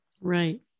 Right